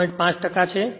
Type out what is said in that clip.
5 ટકા છે